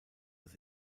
das